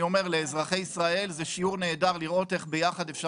לאזרחי ישראל זה שיעור נהדר לראות איך אפשר